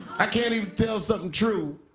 i can't even tell something true